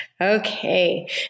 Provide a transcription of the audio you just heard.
Okay